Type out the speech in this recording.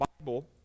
Bible